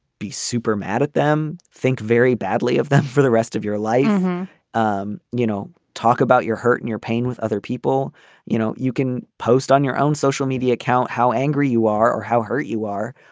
be super mad at them think very badly of them for the rest of your life um you know. talk about your hurt and your pain with other people you know you can post on your own social media account how angry you are or how hurt you are.